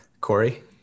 Corey